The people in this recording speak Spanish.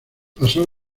pasó